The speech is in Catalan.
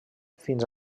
fins